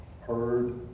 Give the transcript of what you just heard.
heard